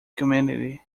community